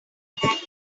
had